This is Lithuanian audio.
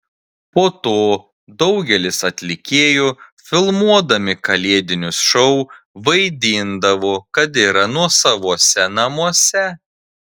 po to daugelis atlikėjų filmuodami kalėdinius šou vaidindavo kad yra nuosavose namuose